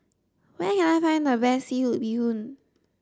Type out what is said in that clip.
where can I find the best seafood bee hoon